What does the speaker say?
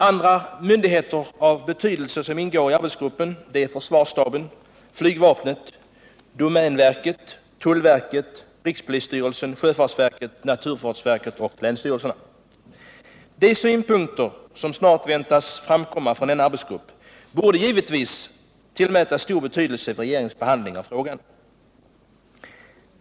Andra myndigheter av betydelse som ingår i arbetsgruppen är försvarsstaben, flygvapnet, domänverket, tullverket, rikspolisstyrelsen, sjöfartsverket, naturvårdsverket och länsstyrelserna. De synpunkter som snart väntas komma från arbetsgruppen borde givetvis tillmätas stor betydelse vid regeringens behandling av frågan.